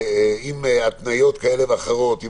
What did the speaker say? עם התניות כאלה ואחרות,